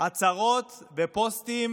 הצהרות ופוסטים